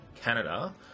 Canada